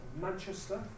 Manchester